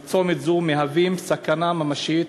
צומת זה מהווה סכנה ממשית,